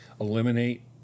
eliminate